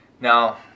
now